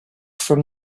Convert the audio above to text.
from